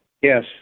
Yes